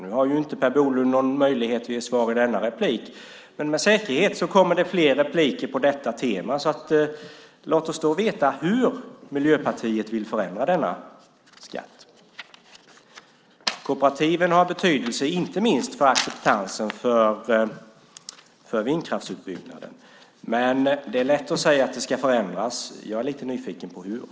Nu har ju inte Per Bolund någon möjlighet till svarsreplik, men med säkerhet kommer det fler repliker på detta tema. Låt oss då få veta hur Miljöpartiet vill förändra denna skatt. Kooperativen har betydelse inte minst för acceptansen för vindkraftsutbyggnaden. Det är lätt att säga att det ska förändras. Jag är lite nyfiken på hur.